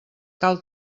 cal